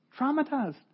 Traumatized